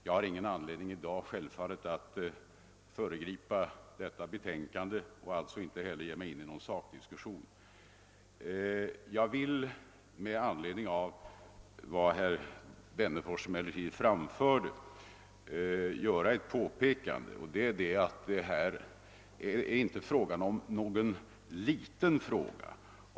Jag har i dag ingen anledning att föregripa detta betänkande och inte heller att ge mig in på någon sakdiskussion. Med anledning av vad herr Wennerfors anförde vill jag dock göra ett påpekande. Denna fråga är inte liten.